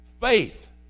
Faith